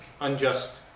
unjust